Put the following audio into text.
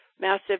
Massive